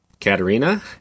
Katerina